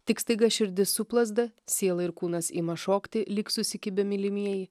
tik staiga širdis suplazda siela ir kūnas ima šokti lyg susikibę mylimieji